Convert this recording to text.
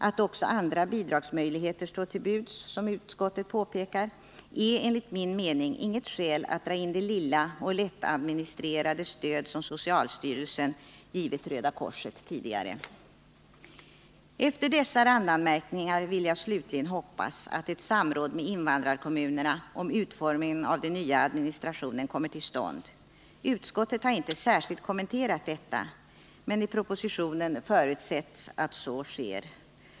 Att också andra bidragsmöjligheter står till buds är enligt min mening inget skäl att dra in det lilla och lättadministrerade stöd som socialstyrelsen gett Röda korset tidigare. Efter dessa randanmärkningar vill jag slutligen hoppas att ett samråd med invandrarkommunerna om utformningen av den nya administrationen kommer till stånd. Utskottet har inte särskilt kommenterat detta, men i propositionen förutsätts att så sker.